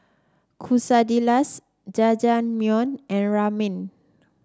Quesadillas Jajangmyeon and Ramen